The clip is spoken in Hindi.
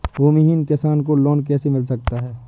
भूमिहीन किसान को लोन कैसे मिल सकता है?